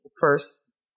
first